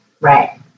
Right